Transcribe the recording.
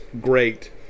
great